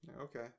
Okay